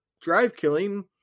drive-killing